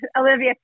Olivia